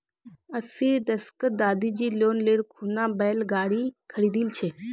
अस्सीर दशकत दादीजी लोन ले खूना बैल गाड़ी खरीदिल छिले